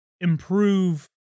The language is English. improve